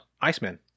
Iceman